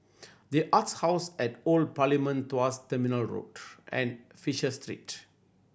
The Arts House at the Old Parliament Tuas Terminal Road and Fisher Street